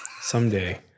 Someday